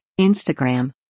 Instagram